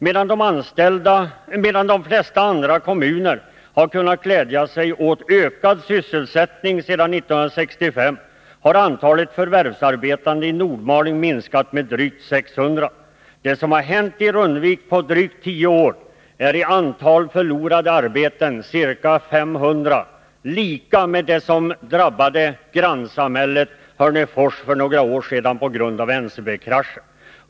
Medan de flesta andra kommuner har kunnat glädja sig åt ökad sysselsättning sedan 1965 har antalet förvärvsarbetande i Nordmaling minskat med drygt 600. Det som har hänt i Rundvik på drygt tio år innebär i antal förlorade arbeten detsamma som det som för några år sedan drabbade Hörnefors på grund av NCB-kraschen — man har förlorat ca 500 arbeten.